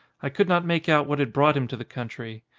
i could not make out what had brought him to the country.